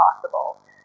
possible